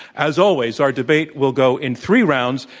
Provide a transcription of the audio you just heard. as always, our debate will go in three rounds.